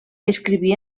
escriví